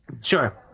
Sure